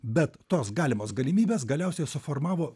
bet tos galimos galimybės galiausiai suformavo